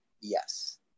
Yes